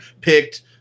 picked